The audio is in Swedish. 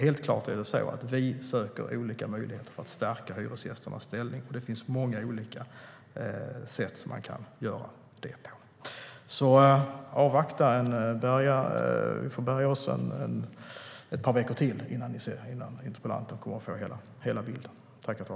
Helt klart söker vi olika möjligheter för att stärka hyresgästernas ställning. Det finns många olika sätt som det går att göra på. Interpellanten får avvakta ett par veckor innan hela bilden finns.